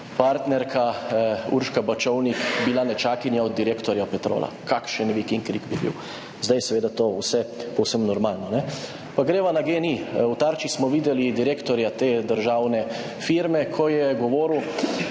partnerka Urška Bačovnik nečakinja direktorja Petrola. Kakšen vik in krik bi bil. Zdaj je seveda to vse povsem normalno, a ne? Pa greva na GEN-I. V Tarči smo videli direktorja te državne firme, ko je govoril,